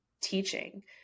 teaching